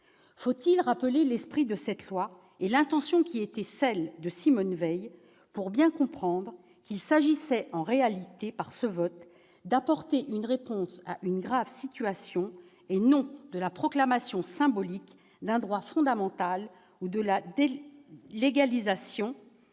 Faut-il rappeler l'esprit de cette loi et l'intention qui était celle de Simone Veil pour bien comprendre qu'il s'agissait d'apporter une réponse à une grave situation et non de proclamer symboliquement un droit fondamental ou de légaliser